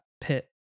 pit